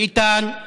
ביטן.